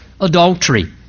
adultery